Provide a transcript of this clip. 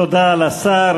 תודה לשר.